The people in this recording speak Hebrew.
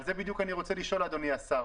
על זה אני רוצה לשאול, אדוני השר.